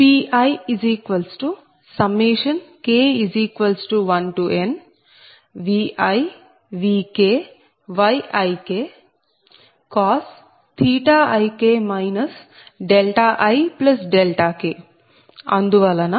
Pik1nViVkYikik ikఅందువలన Pik1nViVkYikik i k